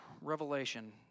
Revelation